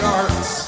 arts